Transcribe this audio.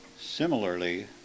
Similarly